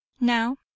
now